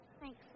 Thanks